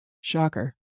Shocker